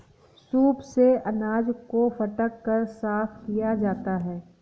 soup से अनाज को फटक कर साफ किया जाता है